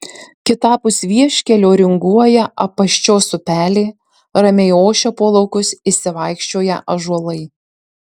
kitapus vieškelio ringuoja apaščios upelė ramiai ošia po laukus išsivaikščioję ąžuolai